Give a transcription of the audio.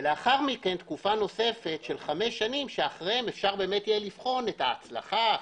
ולאחר מכן תקופה נוספת של חמש שנים שאחריהן אפשר יהיה לבחון את ההצלחה,